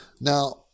Now